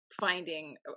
finding